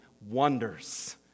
wonders